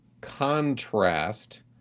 contrast